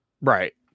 Right